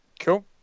Cool